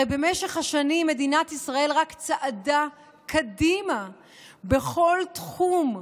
הרי במשך השנים מדינת ישראל רק צעדה קדימה בכל תחום,